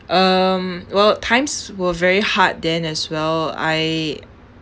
um well times were very hard then as well I